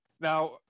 Now